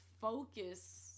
focus